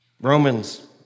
Romans